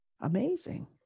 amazing